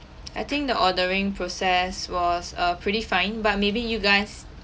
I think the ordering process was uh pretty fine but maybe you guys